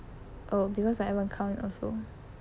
oh because like I haven't count it also